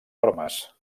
normes